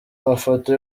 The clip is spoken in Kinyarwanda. mafoto